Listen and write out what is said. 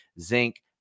zinc